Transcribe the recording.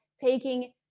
taking